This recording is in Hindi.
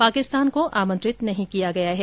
पाकिस्तान को आमंत्रित नहीं किया गया है